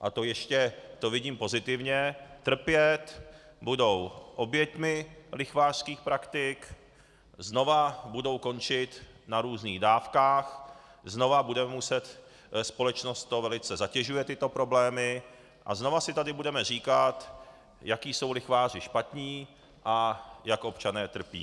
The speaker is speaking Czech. a to ještě to vidím pozitivně, trpět, budou oběťmi lichvářských praktik, znovu budou končit na různých dávkách, znovu budeme muset společnost to velice zatěžuje tyto problémy a znovu si tady budeme říkat, jak jsou lichváři špatní a jak občané trpí.